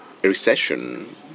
recession